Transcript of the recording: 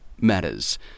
matters